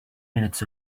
minutes